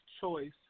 Choice